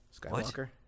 Skywalker